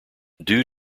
due